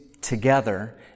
together